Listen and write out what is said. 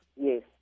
Yes